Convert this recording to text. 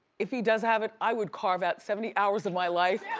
if he does have it, i would carve out seventy hours of my life.